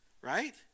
right